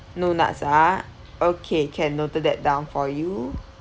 no nuts ah okay can noted that down for you